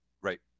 Right